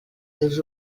seus